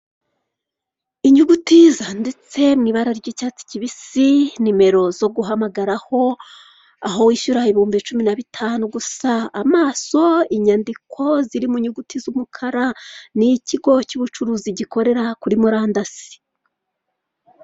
Ni imitako ikorwa n'abanyabugeni, imanitse ku rukuta rw'umukara ubusanzwe ibi byifashishwa mu kubitaka mu mazu, yaba ayo mu ngo ndetse n'ahatangirwamo serivisi.